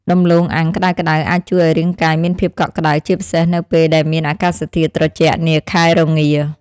ដំឡូងអាំងក្តៅៗអាចជួយឱ្យរាងកាយមានភាពកក់ក្តៅជាពិសេសនៅពេលដែលមានអាកាសធាតុត្រជាក់នាខែរងា។